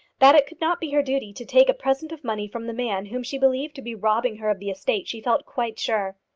that it could not be her duty to take a present of money from the man whom she believed to be robbing her of the estate she felt quite sure.